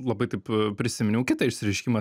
labai taip prisiminiau kitą išsireiškimą